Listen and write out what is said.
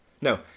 No